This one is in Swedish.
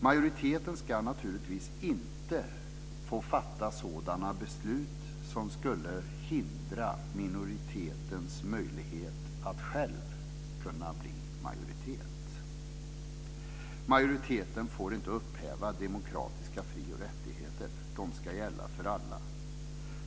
Majoriteten ska naturligtvis inte få fatta sådana beslut som skulle hindra minoritetens möjlighet att själv kunna bli majoritet. Majoriteten får inte upphäva demokratiska frioch rättigheter. De ska gälla för alla.